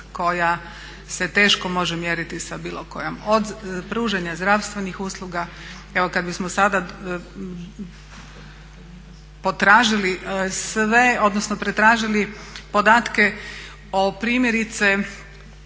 koja se teško može mjeriti sa bilo kojom. Od pružanja zdravstvenih usluga, evo kad bismo sada potražili sve odnosno pretražili podatke o primjerice